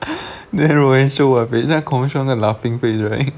then roanne show what face confirm show the laughing face right